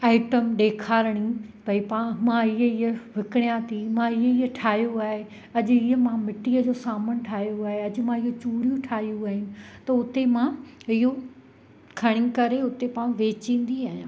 item ॾेखारणी भई पा मां इहो उहे विकणियां थी मां हीअ ठाहियो आहे अॼ हीअ मां मिट्टीअ जो सामान ठाहियो आहे अॼ मां हीअ चूड़ियूं ठाहियूं आहिनि त उते मां इहो खणी करे उते मां बेचींदी आहियां